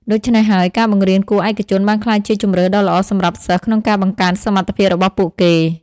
ដូច្នេះហើយ ការបង្រៀនគួរឯកជនបានក្លាយជាជម្រើសដ៏ល្អសម្រាប់សិស្សក្នុងការបង្កើនសមត្ថភាពរបស់ពួកគេ។